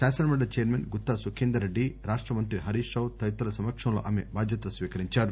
శాసనసమండలి chairman Gutta Sukhender Reddy రాష్టమంత్రి హరీష్ రావు తదితరుల సమక్షంలో ఆమె ఈ బాధ్యతలు స్వీకరించారు